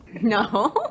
No